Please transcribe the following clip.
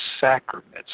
sacraments